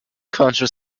cultural